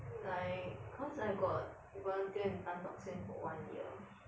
like cause I got volunteer in tan tock seng for one year